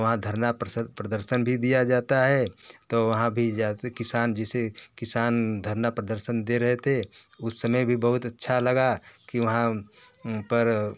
वहाँ धरना प्रदर्शन भी दिया जाता है तो वहाँ भी किसान जिसे किसान धरना प्रदर्शन दे रहे थे उस समय भी बहुत अच्छा लगा कि वहाँ पर